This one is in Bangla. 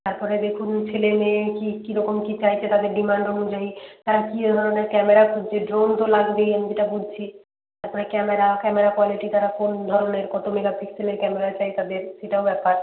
তার পরে দেখুন ছেলে মেয়ে কী কীরকম কী চাইছে তাদের ডিমান্ড অনুযায়ী তার কী ধরনের ক্যামেরা খুঁজছে ড্রোন তো লাগবেই আমি যেটা বুঝছি তার পরে ক্যামেরা ক্যামেরা কোয়ালিটি তারা কোন ধরনের কত মেগাপিক্সেলের ক্যামেরা চাই তাদের সেটাও ব্যাপার